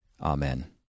Amen